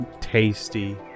tasty